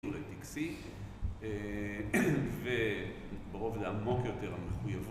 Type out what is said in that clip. ...לטקסי, ו... אה... (שיעול) ולרוב זה עמוק יותר, המחויבות...